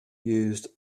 used